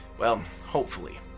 well, hopefully.